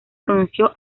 pronunció